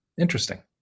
Interesting